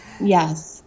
yes